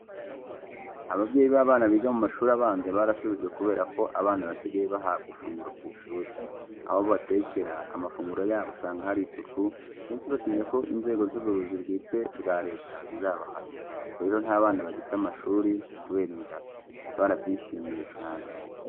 Ababyeyi b'abana biga mu mashuri abanza barasubijwe kubera ko abana basigaye bahabwa ifunguro ku ishuri. Aho batekera amafunguro yabo usanga hari isuku, kenshi batinya ko inzego z'ubuyobozi bwite bwa leta zizabahana. Ubu rero nta bana bagita amashuri kubera inzara. Barabyishimiye chane.